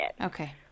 Okay